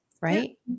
Right